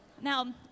Now